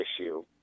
issue